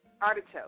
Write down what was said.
artichoke